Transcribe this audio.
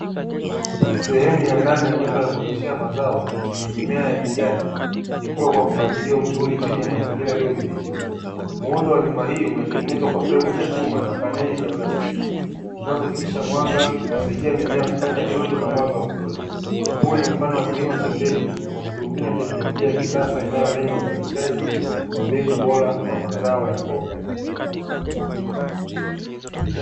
Sehemu ya ndani ya nyumba ya kuotesha mazao yenye mimea ya kijani ikikuwa kwa mpangilio mzuri chini ya mazingira yaliyodhibitiwa, muundo wa nyumba hii umetengenezwa kwa fremu za chuma na faneli za plastiki zinazopitisha mwanga zikisaidia mimea kupata joto na mwanga wa kutosha, huo ni mfano wa kilimo cha mbegu kwa kutumia teknolojia ya kisasa inayolenga uzalishaji wa mbegu bora kwa mazao ya mboga.